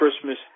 Christmas